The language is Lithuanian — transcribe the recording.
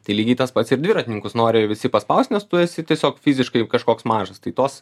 tai lygiai tas pats ir dviratininkus nori visi paspaust nes tu esi tiesiog fiziškai kažkoks mažas tai tos